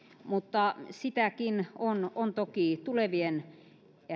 mutta sitäkin on on toki tulevien